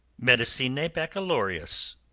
medicinae baccalaureus,